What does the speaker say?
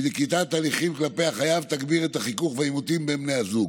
כי נקיטת הליכים כלפי החייב תגביר את החיכוך בעימותים בין בני הזוג,